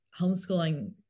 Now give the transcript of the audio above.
homeschooling